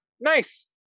nice